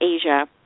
Asia